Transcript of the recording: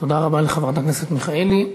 תודה רבה לחברת הכנסת מיכאלי.